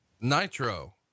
Nitro